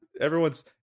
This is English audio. Everyone's